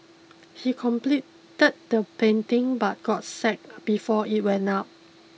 he completed the painting but got sacked before it went up